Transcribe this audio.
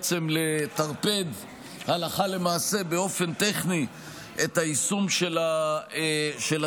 לטרפד הלכה למעשה באופן טכני את היישום של הדברים,